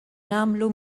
nagħmlu